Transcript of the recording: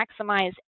maximize